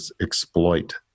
exploit